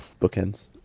Bookends